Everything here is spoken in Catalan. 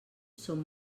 són